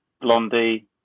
Blondie